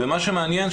מה שמעניין,